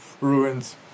ruins